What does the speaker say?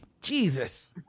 Jesus